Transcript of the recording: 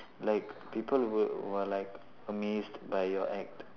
like people were were like amazed by your act